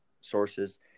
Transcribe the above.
sources